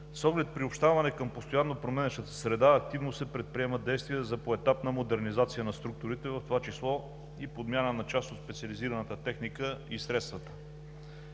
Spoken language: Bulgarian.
С оглед приобщаване към постоянно променящата се среда, активно се предприемат действия за поетапна модернизация на структурите, в това число и подмяна на част от специализираната техника и средствата.